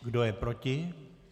Kdo je proti?